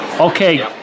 Okay